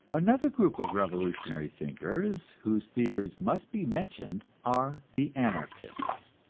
another group of revolutionary thinkers whose theories must be mentioned are the anarchists.